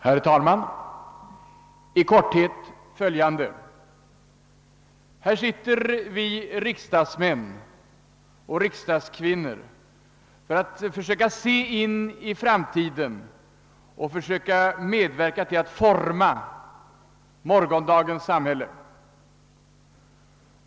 Herr talman! I korthet följande: Här sitter vi, riksdagsmän och riksdagskvinnor, för att försöka se in i framtiden och försöka medverka till att forma morgondagens samhälle.